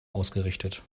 ausgerichtet